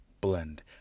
blend